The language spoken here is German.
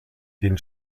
den